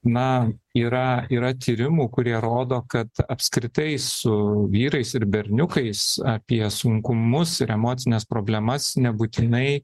na yra yra tyrimų kurie rodo kad apskritai su vyrais ir berniukais apie sunkumus ir emocines problemas nebūtinai